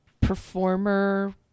performer